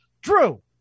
Drew